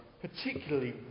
particularly